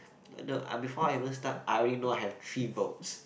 no before I even start I already know I have three votes